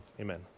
Amen